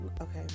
okay